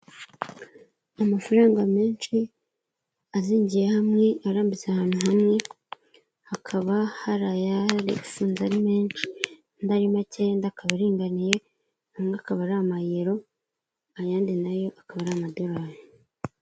Amafaranga menshi, azingiye hamwe, arambitse ahantu hamwe, hakaba hari ayafunze ari menshi andi ari makeya, andi akaba aringaniye, andi akaba ari amayero ayandi nayo akaba ari amadorari.